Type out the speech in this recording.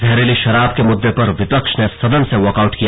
जहरीली शराब के मुद्दे पर विपक्ष ने सदन से वॉक आउट किया